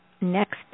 next